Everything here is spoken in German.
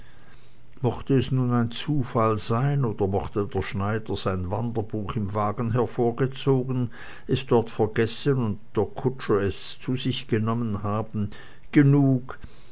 mochte es nun der zufall sein oder mochte der schneider sein wanderbuch im wagen hervorgezogen es dort vergessen und der kutscher es zu sich genommen haben genug